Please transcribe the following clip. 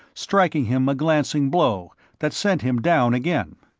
striking him a glancing blow that sent him down again.